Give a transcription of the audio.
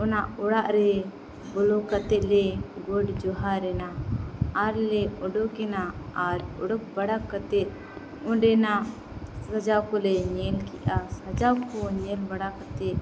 ᱚᱱᱟ ᱚᱲᱟᱜᱨᱮ ᱵᱚᱞᱚ ᱠᱟᱛᱮᱫᱞᱮ ᱜᱚᱰᱼᱡᱚᱦᱟᱨᱮᱱᱟ ᱟᱨᱞᱮ ᱚᱰᱳᱠᱮᱱᱟ ᱟᱨ ᱚᱰᱳᱠᱵᱟᱲᱟ ᱠᱟᱛᱮᱫ ᱚᱸᱰᱮᱱᱟᱜ ᱥᱟᱡᱟᱣᱠᱚᱞᱮ ᱧᱮᱞᱠᱮᱫᱼᱟ ᱥᱟᱡᱟᱣᱠᱚ ᱧᱮᱞ ᱵᱟᱲᱟ ᱠᱟᱛᱮᱫ